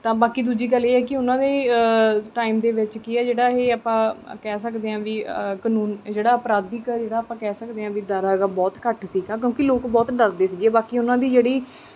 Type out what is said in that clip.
ਤਾਂ ਬਾਕੀ ਦੂਜੀ ਗੱਲ ਇਹ ਹੈ ਕਿ ਉਨ੍ਹਾਂ ਦੇ ਟਾਈਮ ਦੇ ਵਿੱਚ ਕੀ ਹੈ ਜਿਹੜਾ ਇਹ ਆਪਾਂ ਕਹਿ ਸਕਦੇ ਹਾਂ ਵੀ ਕਾਨੂੰਨ ਜਿਹੜਾ ਅਪਰਾਧਿਕ ਜਿਹੜਾ ਆਪਾਂ ਕਹਿ ਸਕਦੇ ਹਾਂ ਵੀ ਦਰ ਹੈਗਾ ਬਹੁਤ ਘੱਟ ਸੀਗਾ ਕਿਉਂਕਿ ਲੋਕ ਬਹੁਤ ਡਰਦੇ ਸੀਗੇ ਬਾਕੀ ਉਨ੍ਹਾਂ ਦੀ ਜਿਹੜੀ